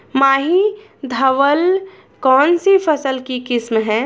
माही धवल कौनसी फसल की किस्म है?